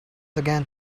again